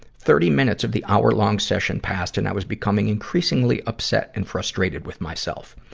thirty minutes of the hour-long session passed, and i was becoming increasingly upset and frustrated with myself.